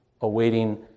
awaiting